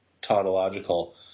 tautological